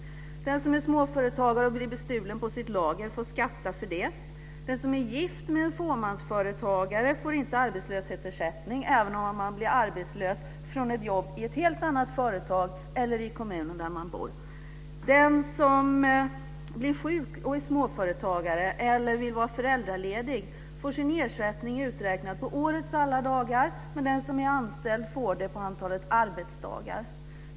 Den som är småföretagare och blir bestulen på sitt lager får skatta för det. Den som är gift med en fåmansföretagare får inte arbetslöshetsersättning även om han blir arbetslös från ett jobb i ett helt annat företag eller i kommunen där man bor. Den som är småföretagare och blir sjuk eller vill vara föräldraledig får sin ersättning uträknad på årets alla dagar, men den som är anställd får det på antalet arbetsdagar.